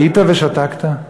היית ושתקת?